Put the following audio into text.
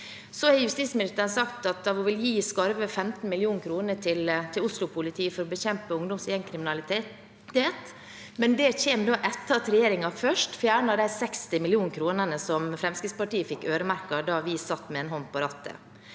Justisministeren har sagt at hun vil gi skarve 15 mill. kr til Oslo-politiet for å bekjempe ungdoms- og gjengkriminalitet, men det kommer etter at regjeringen først fjernet de 60 millioner kronene som Fremskrittspartiet fikk øremerket da vi satt med en hånd på rattet.